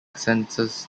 census